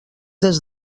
des